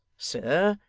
sir,